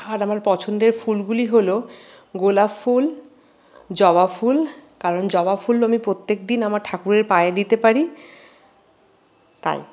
আর আমার পছন্দের ফুলগুলি হল গোলাপ ফুল জবা ফুল কারণ জবা ফুল আমি প্রত্যেকদিন আমার ঠাকুরের পায়ে দিতে পারি তাই